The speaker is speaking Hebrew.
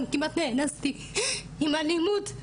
גם כמעט נאנסתי עם אלימות,